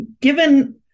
given